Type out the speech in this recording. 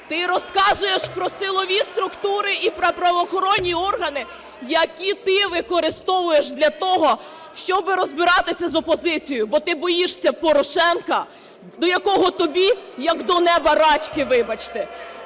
Ти розказуєш про силові структури і про правоохоронні органи, які ти використовуєш для того, щоб розбиратися з опозицією, бо ти боїшся Порошенка, до якого тобі, як до неба рачки, вибачте!